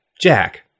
Jack